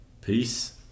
Peace